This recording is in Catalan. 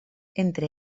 entre